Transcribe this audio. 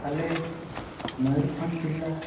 ᱟᱞᱮ ᱢᱚᱭᱩᱨᱵᱷᱚᱸᱡᱽ ᱡᱮᱞᱟ